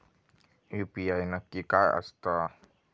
UPI नक्की काय आसता?